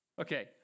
Okay